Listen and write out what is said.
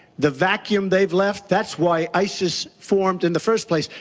the vacuum they left, that's why isis formed in the first place.